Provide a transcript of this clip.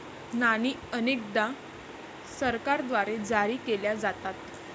नाणी अनेकदा सरकारद्वारे जारी केल्या जातात